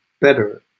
better